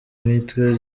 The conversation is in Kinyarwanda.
mitwe